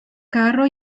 carro